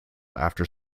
after